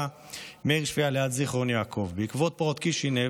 מאיר שפיה ליד זיכרון יעקב בעקבות פרעות קישינב,